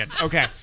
Okay